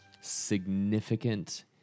significant